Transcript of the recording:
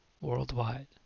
worldwide